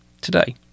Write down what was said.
Today